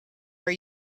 are